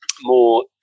more